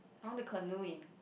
I wanna canoe in